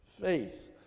Faith